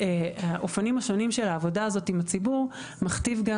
אופנים שונים של עבודה עם הציבור מכתיב גם